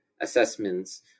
assessments